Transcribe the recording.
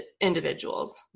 individuals